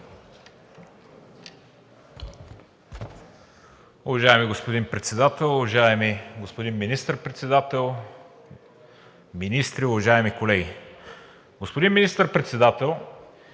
Уважаеми господин Председател, уважаеми господин Министър-председател, министри, уважаеми колеги! Господин Министър-председател,